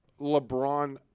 LeBron –